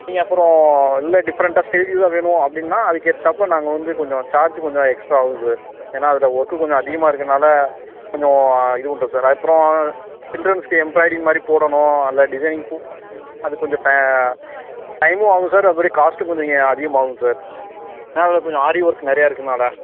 நீங்கள் அப்புறம் இல்லை டிஃபரண்ட்டாக ஸ்டைல்யூவாக வேணும் அப்படின்னா அதுக்கு ஏத்தாப்ல நாங்கள் வந்து கொஞ்சம் சார்ஜு கொஞ்சம் எக்ஸ்ட்ரா ஆகும் சார் ஏன்னால் அதோடய ஒர்க்கு கொஞ்சம் அதிகமாக இருக்கிறனால கொஞ்சம் இது உண்டு சார் அப்புறம் சில்ட்ரன்ஸுக்கு எம்ப்ராய்டிங் மாதிரி போடணும் அதில் டிசைனிங் பூ அது கொஞ்சம் ட டைமும் ஆகும் சார் அது மாதிரி காஸ்ட்டும் கொஞ்சம் நீங்கள் அதிகமாகும் சார் ஏன்னால் அதில் கொஞ்சம் ஆரி ஒர்க் நிறையா இருக்கிறனால